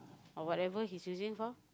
or whatever his using for